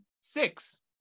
Six